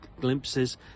glimpses